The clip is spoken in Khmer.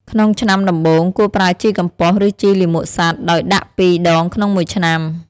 ក្នុងឆ្នាំដំបូង គួរប្រើជីកំប៉ុស្តិ៍ ឬជីលាមកសត្វ ដោយដាក់ ២ ដងក្នុងមួយឆ្នាំ។